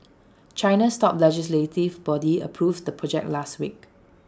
China's top legislative body approved the project last week